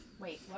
Wait